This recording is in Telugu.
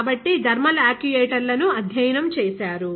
కాబట్టి థర్మల్ యాక్యుయేటర్లను అధ్యయనం చేశారు